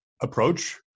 approach